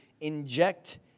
inject